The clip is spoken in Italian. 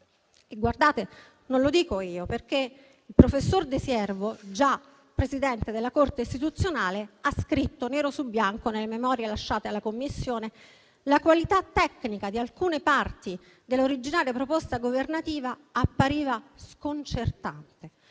lo dico io perché ricordo che il professor De Siervo, già Presidente emerito della Corte costituzionale, ha scritto nero su bianco, nelle memorie lasciate alla Commissione, che la qualità tecnica di alcune parti dell'originale proposta governativa appariva sconcertante.